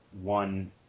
one